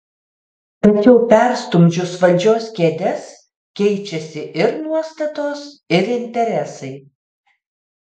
tačiau perstumdžius valdžios kėdes keičiasi ir nuostatos ir interesai